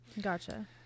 Gotcha